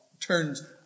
turns